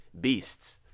beasts